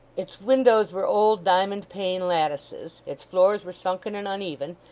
its windows were old diamond-pane lattices, its floors were sunken and uneven,